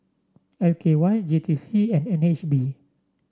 L K Y J T C and N H B